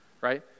right